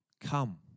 come